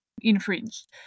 infringed